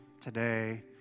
today